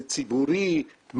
זה ציבורי,